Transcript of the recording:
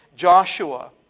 Joshua